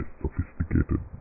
sophisticated